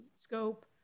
scope